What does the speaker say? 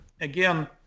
again